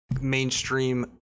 mainstream